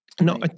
no